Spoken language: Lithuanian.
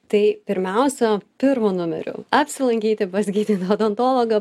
tai pirmiausia pirmu numeriu apsilankyti pas gydytoją odontologą